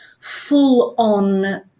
full-on